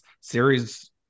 series